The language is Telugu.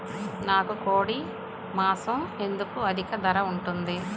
నాకు కోడి మాసం ఎందుకు అధిక ధర ఉంటుంది?